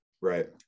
Right